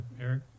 Eric